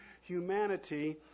humanity